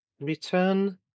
return